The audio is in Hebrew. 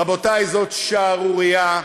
רבותי, זאת שערורייה.